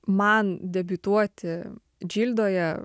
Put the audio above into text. man debiutuoti džildoje